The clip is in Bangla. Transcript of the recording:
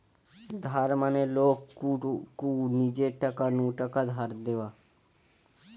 ধার মানে লোক কু নিজের টাকা নু টাকা ধার দেওয়া